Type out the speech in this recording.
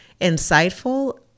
insightful